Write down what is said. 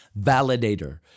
validator